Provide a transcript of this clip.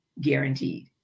guaranteed